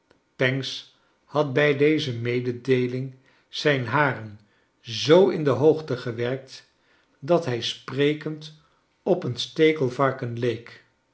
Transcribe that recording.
pancks had bij deze mededeeling zijn haren zoo in de hoogte gewerkt dat hij sprekend op een stekelvarken leek